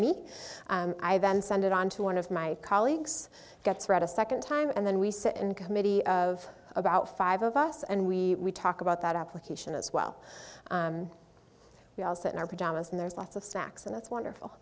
me i then send it on to one of my colleagues gets read a second time and then we sit in a committee of about five of us and we talk about that application as well we all sit in our pajamas and there's lots of snacks and it's wonderful